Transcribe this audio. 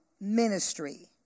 ministry